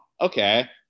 okay